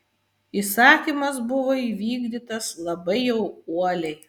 įsakymas buvo įvykdytas labai jau uoliai